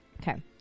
Okay